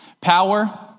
Power